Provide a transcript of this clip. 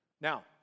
Now